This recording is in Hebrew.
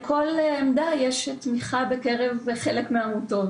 לכל עמדה יש תמיכה בקרב חלק מהעמותות.